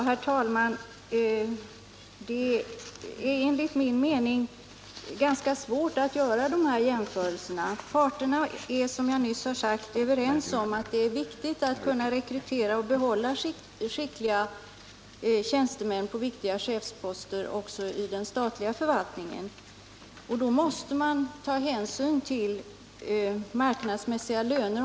Herr talman! Det är enligt min mening ganska svårt att göra sådana jämförelser. Parterna är, som jag nyss har sagt, överens om att det är värdefullt att till viktiga chefsposter kunna rekrytera och behålla skickliga tjänstemän också i den statliga förvaltningen. Men om man skall kunna konkurrera på det sättet måste man ta hänsyn till marknadsmässiga löner.